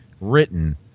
written